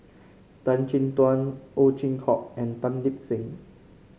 Tan Chin Tuan Ow Chin Hock and Tan Lip Seng